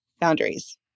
boundaries